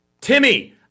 Timmy